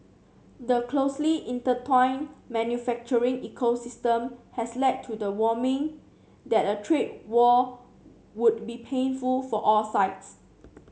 the closely intertwined manufacturing ecosystem has led to the warming that a trade war would be painful for all sides